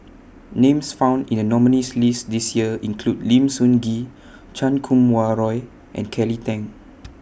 Names found in The nominees' list This Year include Lim Sun Gee Chan Kum Wah Roy and Kelly Tang